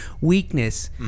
weakness